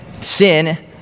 sin